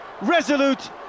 Resolute